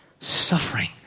suffering